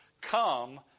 Come